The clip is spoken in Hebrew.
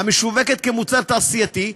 המשווקת כמוצר תעשייתי,